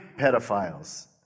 pedophiles